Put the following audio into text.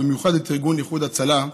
ובמיוחד את ארגון איחוד הצלה,